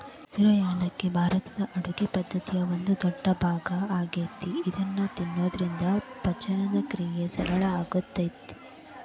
ಹಸಿರು ಯಾಲಕ್ಕಿ ಭಾರತದ ಅಡುಗಿ ಪದ್ದತಿಯ ಒಂದ ದೊಡ್ಡಭಾಗ ಆಗೇತಿ ಇದನ್ನ ತಿನ್ನೋದ್ರಿಂದ ಪಚನಕ್ರಿಯೆ ಸರಳ ಆಕ್ಕೆತಿ